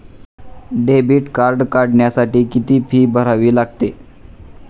Debit card काढण्यासाठी किती fee भरावी लागते?